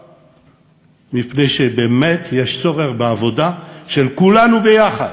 מפני שבאמת יש צורך בעבודה של כולנו ביחד,